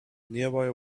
nearby